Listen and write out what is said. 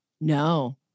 No